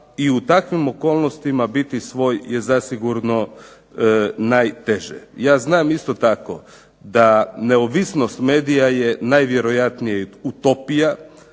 i u takvim okolnostima biti svoj je zasigurno najteže. Ja znam isto tako da neovisnost medija je najvjerojatnije utopija.